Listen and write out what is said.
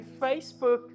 Facebook